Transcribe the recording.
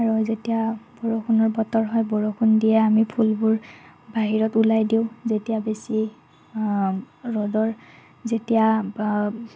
আৰু যেতিয়া বৰষুণৰ বতৰ হয় বৰষুণ দিয়ে আমি ফুলবোৰ বাহিৰত উলিয়াই দিওঁ যেতিয়া বেছি ৰ'দৰ যেতিয়া